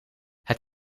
het